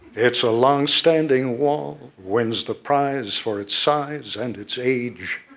it's a long-standing wall. wins the prize for its size and its age.